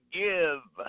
give